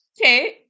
okay